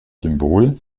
symbol